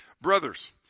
Brothers